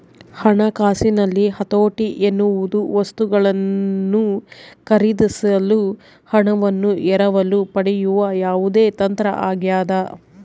ಹಣಕಾಸಿನಲ್ಲಿ ಹತೋಟಿ ಎನ್ನುವುದು ವಸ್ತುಗಳನ್ನು ಖರೀದಿಸಲು ಹಣವನ್ನು ಎರವಲು ಪಡೆಯುವ ಯಾವುದೇ ತಂತ್ರ ಆಗ್ಯದ